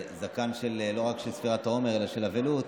זקן לא רק של ספירת העומר אלא של אבלות.